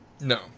No